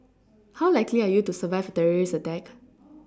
how likely are you to survive a terrorist attack